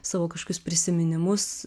savo kažkokius prisiminimus